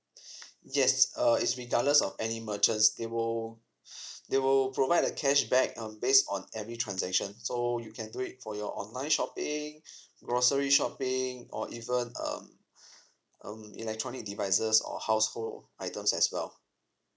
yes uh it's regardless of any merchants they will they will provide the cashback um base on every transaction so you can do it for your online shopping grocery shopping or even um um electronic devices or household items as well